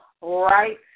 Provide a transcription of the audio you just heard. right